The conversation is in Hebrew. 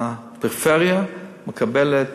הפריפריה תקבל את